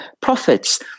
profits